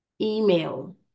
email